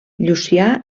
llucià